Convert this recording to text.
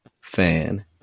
fan